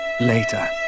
Later